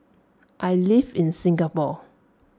I live in Singapore